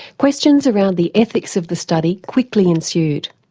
questions around the ethics of the study quickly ensued.